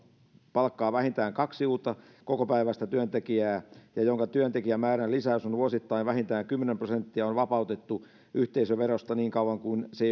palkkaa vähintään kaksi uutta kokopäiväistä työntekijää ja jonka työntekijämäärän lisäys on vuosittain vähintään kymmenen prosenttia on vapautettu yhteisöverosta niin kauan kuin se